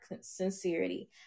sincerity